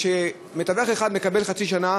כשמתווך אחד מקבל חצי שנה,